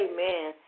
Amen